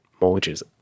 mortgages